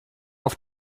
auf